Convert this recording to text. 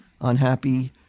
unhappy